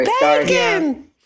Bacon